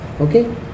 okay